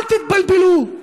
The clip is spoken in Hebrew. אל תתבלבלו.